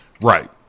right